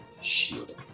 shield